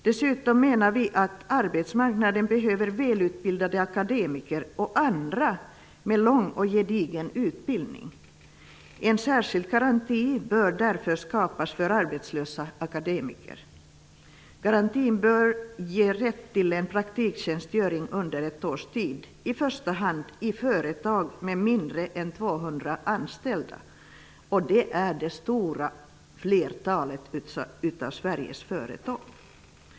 Dessutom menar vi att arbetsmarknaden behöver välutbildade akademiker och andra med lång och gedigen utbildning. En särskild garanti bör därför skapas för arbetslösa akademiker. Garantin bör ge rätt till en praktiktjänstgöring under ett års tid, i första hand i företag med mindre än 200 anställda. Det är det stora flertalet av Sveriges företag.